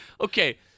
okay